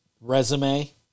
resume